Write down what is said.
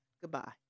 goodbye